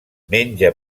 menja